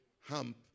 hump